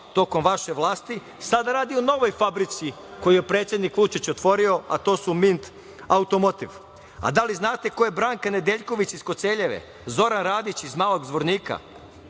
tokom vaše vlasti. Sada radi u novoj fabrici koju je predsednik Vučić otvorio, a to su „Minth Automotive“.Da li znate ko je Branka Nedeljković iz Koceljeve, Zoran Radić iz Malog Zvornika,